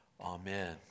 Amen